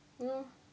no